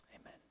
amen